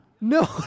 No